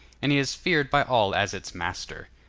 and he is feared by all as its master.